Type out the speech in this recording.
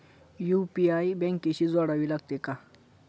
UPI बँकेशी जोडावे लागते का?